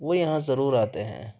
وہ یہاں ضرور آتے ہیں